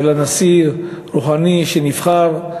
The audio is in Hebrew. של הנשיא רוחאני, שנבחר,